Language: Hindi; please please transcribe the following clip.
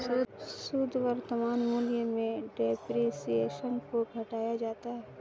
शुद्ध वर्तमान मूल्य में डेप्रिसिएशन को घटाया जाता है